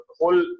whole